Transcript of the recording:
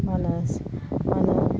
ꯃꯥꯅ